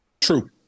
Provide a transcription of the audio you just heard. True